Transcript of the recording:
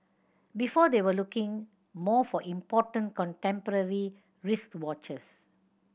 before they were looking more for important contemporary wristwatches